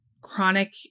chronic